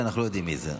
שאנחנו לא יודעים מי זה.